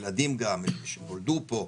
מדובר על ילדים גם, אלה שנולדו פה?